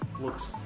looks